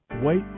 Wait